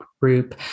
Group